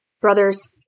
Brothers